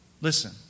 listen